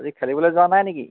আজি খেলিবলৈ যোৱা নাই নেকি